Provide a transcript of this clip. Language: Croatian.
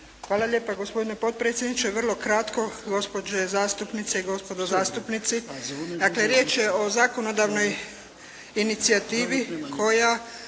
Hvala lijepa gospodine potpredsjedniče. Vrlo kratko gospođe zastupnice i gospodo zastupnici. Dakle, riječ je o zakonodavnoj inicijativi koja